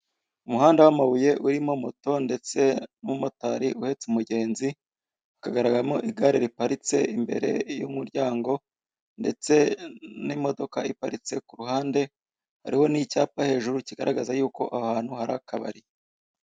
Umuhanda w'amabuye urimo moto ndetse n' umumotari uhetse umugenzi. Ukagaragaramo igare riparitse imbere y' muryango ndetse n' imodoka iparitse ku ruhande. Hariho n' icyapa hejuru kigaragaza yuko aho hantu hari akabari.